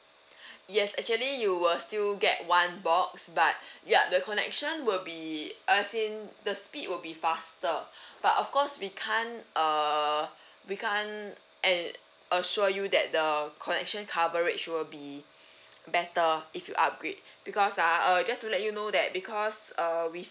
yes actually you will still get one box but yup the connection will be as in the speed will be faster but of course we can't uh we can't and assure you that the connection coverage will be better if you upgrade because ah just to let you know that because uh with